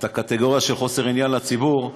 הקטגוריה של חוסר עניין לציבור,